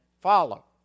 follow